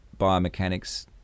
biomechanics